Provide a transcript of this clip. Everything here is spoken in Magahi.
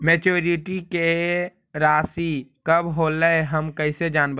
मैच्यूरिटी के रासि कब होलै हम कैसे जानबै?